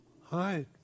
Hi